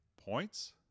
points